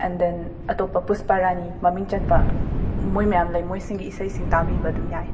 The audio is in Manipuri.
ꯑꯦꯟ ꯗꯦꯟ ꯑꯇꯣꯞꯄ ꯄꯨꯁꯄꯥꯔꯥꯅꯤ ꯃꯃꯤꯡ ꯆꯠꯄ ꯃꯣꯏ ꯃꯌꯥꯝ ꯂꯩ ꯃꯣꯏꯁꯤꯡꯒꯤ ꯏꯁꯩꯁꯤꯡ ꯇꯥꯕꯤꯕ ꯑꯗꯨꯝ ꯌꯥꯏ